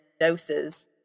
doses